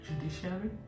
judiciary